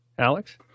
Alex